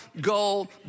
goal